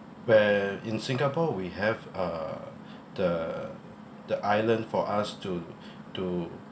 where in singapore we have uh the the island for us to to